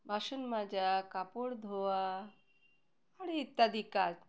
বাসন মাজা কাপড় ধোয়া আর ইত্যাদি কাজ